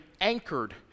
anchored